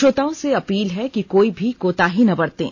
श्रोताओं से अपील है कि कोई भी कोताही न बरतें